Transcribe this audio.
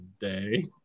day